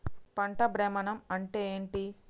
పంట భ్రమణం అంటే ఏంటి?